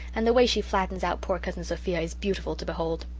and the way she flattens out poor cousin sophia is beautiful to behold.